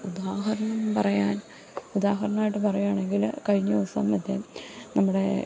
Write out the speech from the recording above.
ഉദാഹരണം പറയാൻ ഉദാഹരണായിട്ട് പറയാണെങ്കിൽ കഴിഞ്ഞ ദിവസം മറ്റെ നമ്മുടെ